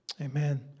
Amen